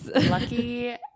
lucky